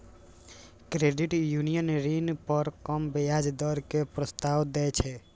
credit union ऋण पर कम ब्याज दर के प्रस्ताव दै छै